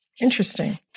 Interesting